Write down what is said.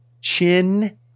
Chin